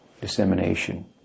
dissemination